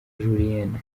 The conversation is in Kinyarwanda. julienne